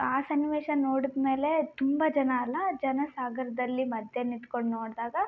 ಆ ಸನ್ನಿವೇಶ ನೋಡಿದ್ಮೇಲೆ ತುಂಬ ಜನ ಅಲ್ಲಾ ಜನ ಸಾಗರದಲ್ಲಿ ಮಧ್ಯ ನಿತ್ಕೊಂಡು ನೋಡಿದಾಗ